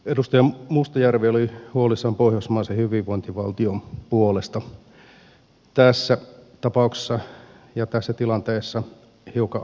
edustaja mustajärvi oli huolissaan pohjoismaisen hyvinvointivaltion puolesta tässä tapauksessa ja tässä tilanteessa hiukan aiheetta